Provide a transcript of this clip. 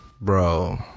bro